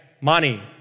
money